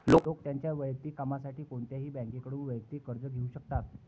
लोक त्यांच्या वैयक्तिक कामासाठी कोणत्याही बँकेकडून वैयक्तिक कर्ज घेऊ शकतात